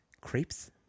Crepes